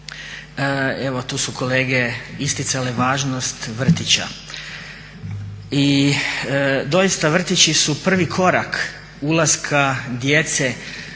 Evo tu su kolege isticale važnost vrtića. I doista vrtići su prvi korak ulaska djece